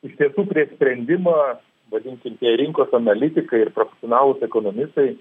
iš tiesų prie sprendimą vadinkitm tie rinkos analitikai ir profesonalūs ekonomistai